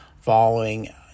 following